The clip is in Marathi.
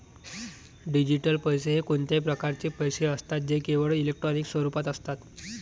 डिजिटल पैसे हे कोणत्याही प्रकारचे पैसे असतात जे केवळ इलेक्ट्रॉनिक स्वरूपात असतात